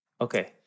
Okay